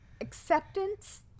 Acceptance